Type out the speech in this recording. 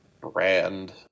brand